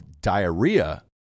diarrhea